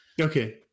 Okay